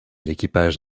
l’équipage